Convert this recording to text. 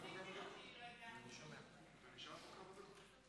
כעת אנחנו נצביע על הצעת חוק המרכז לגביית קנסות,